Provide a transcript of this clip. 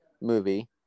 movie